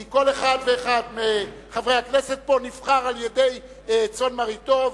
כי כל אחד ואחד מחברי הכנסת פה נבחר על-ידי צאן מרעיתו,